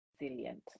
resilient